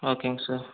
ஓகேங்க சார்